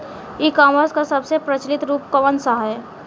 E commerce क सबसे प्रचलित रूप कवन सा ह?